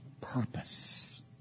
purpose